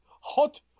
hot